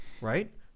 right